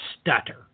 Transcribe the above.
stutter